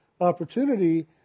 opportunity